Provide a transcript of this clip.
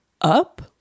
up